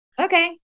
okay